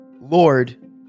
Lord